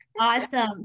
awesome